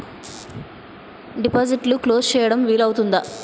డిపాజిట్లు క్లోజ్ చేయడం వీలు అవుతుందా?